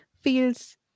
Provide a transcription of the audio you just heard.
feels